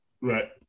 Right